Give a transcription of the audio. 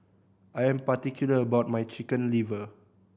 I'm particular about my Chicken Liver